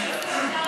הפודיום.